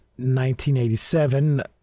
1987